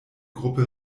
gruppe